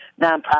nonprofit